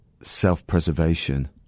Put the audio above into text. self-preservation